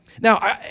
Now